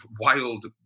wild